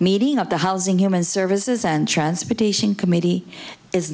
meeting of the housing human services and transportation committee is